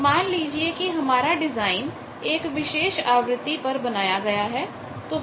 तो मान लीजिए कि हमारा डिजाइन एक विशेष आवृत्ति पर बनाया गया है